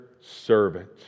servant